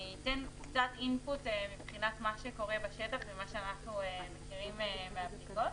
אני אתן קצת אינפוט מבחינת מה שקורה בשטח וממה שאנחנו מכירים מהבדיקות.